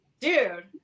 Dude